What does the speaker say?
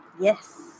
Yes